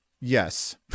yes